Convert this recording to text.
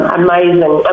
amazing